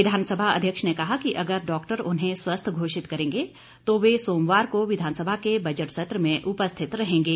विधानसभा अध्यक्ष ने कहा कि अगर डॉक्टर उन्हें स्वस्थ्य घोषित करेंगे तो वे सोमवार को विधानसभा के बजट सत्र में उपरिथत रहेंगे